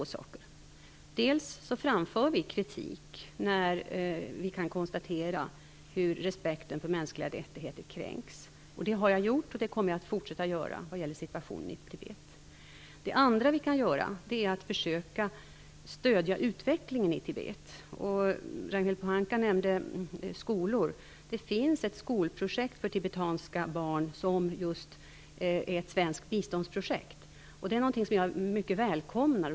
För det första framför vi kritik när vi kan konstatera att respekten för mänskliga rättigheter har kränkts, vilket jag har gjort och kommer att fortsätta att göra när det gäller situationen i Tibet. För det andra kan vi stödja utvecklingen i Tibet. Ragnhild Pohanka nämnde skolor. Det finns ett skolprojekt för tibetanska barn som just är ett svenskt biståndsprojekt. Det är någonting som jag mycket varmt välkomnar.